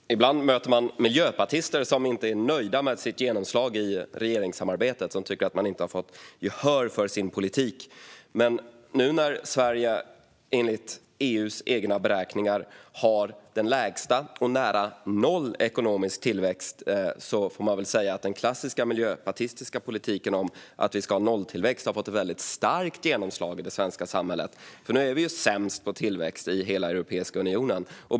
Herr talman! Ibland möter man miljöpartister som inte är nöjda med sitt genomslag i regeringssamarbetet. De tycker att de inte har fått gehör för sin politik. Men nu när Sverige enligt EU:s egna beräkningar har den lägsta ekonomiska tillväxten - nära noll - får man väl säga att den klassiska miljöpartistiska politiken om nolltillväxt har fått starkt genomslag i det svenska samhället. Nu är vi sämst på tillväxt i hela Europeiska unionen.